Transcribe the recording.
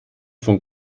von